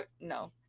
no